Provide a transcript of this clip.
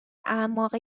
اعماق